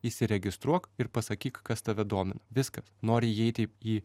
įsiregistruok ir pasakyk kas tave domina viskas nori įeiti į